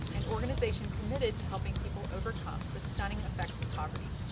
an organization committed to helping people overcome the stunning effects of poverty.